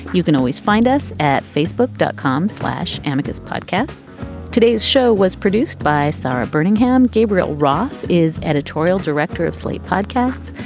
you can always find us at facebook dot com slash and like annika's podcast today's show was produced by sara bermingham. gabriel roth is editorial director of slate podcast.